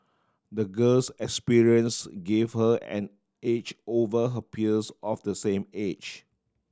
the girl's experience gave her an edge over her peers of the same age